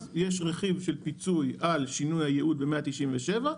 יש רכיב של פיצוי על שינוי הייעוד ב-197,